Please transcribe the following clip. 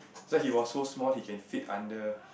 so he was so small he can fit under